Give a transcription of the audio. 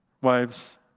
Wives